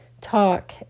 talk